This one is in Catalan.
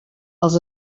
els